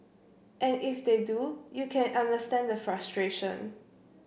and if they do you can understand the frustration